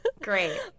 great